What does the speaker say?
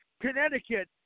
Connecticut